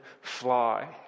fly